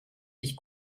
sich